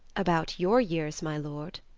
about your years, my lord.